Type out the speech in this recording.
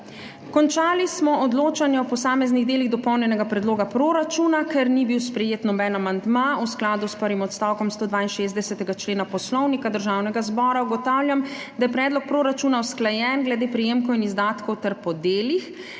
Končali smo odločanje o posameznih delih Dopolnjenega predloga proračuna. Ker ni bil sprejet noben amandma, v skladu s prvim odstavkom 162. člena Poslovnika Državnega zbora ugotavljam, da je predlog proračuna usklajen glede prejemkov in izdatkov ter po delih.